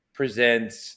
presents